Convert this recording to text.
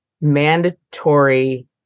mandatory